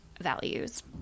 values